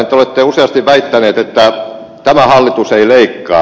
te olette useasti väittänyt että tämä hallitus ei leikkaa